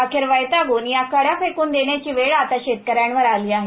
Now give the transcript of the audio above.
अखेर वैतागून या कळ्या फेकून देण्याची वेळ आता शेतकऱ्यांवर आली आहे